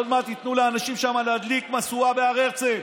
עוד מעט ייתנו לאנשים שם להדליק משואה בהר הרצל.